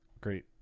great